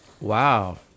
Wow